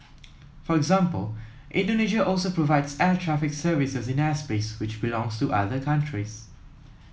for example Indonesia also provides air traffic services in airspace which belongs to other countries